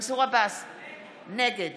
נגד